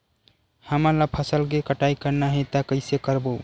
हमन ला फसल के कटाई करना हे त कइसे करबो?